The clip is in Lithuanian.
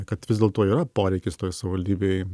kad vis dėlto yra poreikis toj savivaldybėj